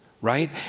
Right